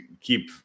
keep